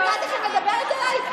את יודעת איך היא מדברת אליי?